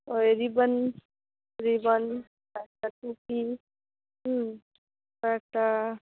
ওই ribbon ribbon কয়েকটা টুপি হুম কয়েকটা